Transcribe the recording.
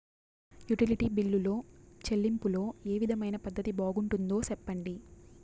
Utility బిల్లులో చెల్లింపులో ఏ విధమైన పద్దతి బాగుంటుందో సెప్పండి?